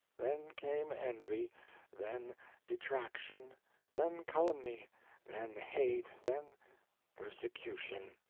then came envy then detraction then calumny then hate then persecution.